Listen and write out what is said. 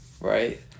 right